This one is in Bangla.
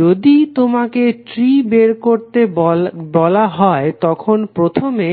যদি তোমাকে ট্রি বের করতে বলা হয় তখন প্রথমে